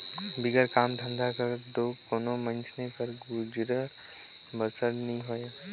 बिगर काम धंधा कर दो कोनो मइनसे कर गुजर बसर नी होए